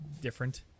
Different